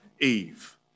Eve